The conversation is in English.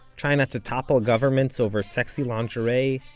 try not to topple governments over sexy lingerie,